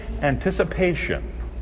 anticipation